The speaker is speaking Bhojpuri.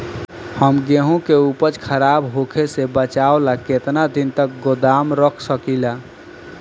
हम गेहूं के उपज खराब होखे से बचाव ला केतना दिन तक गोदाम रख सकी ला?